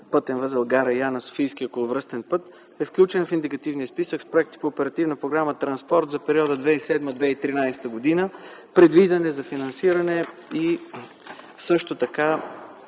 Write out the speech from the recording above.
Пътен възел гара Яна – Софийски околовръстен път, е включен в индикативния списък с проекти по оперативна програма „Транспорт” за периода 2007-2013 г. Предвиден е за финансиране от страна